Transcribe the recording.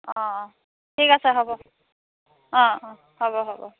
অ' অ' ঠিক আছে হ'ব অ' অ' হ'ব হ'ব